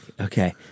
Okay